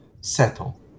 settle